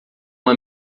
uma